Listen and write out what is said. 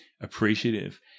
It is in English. appreciative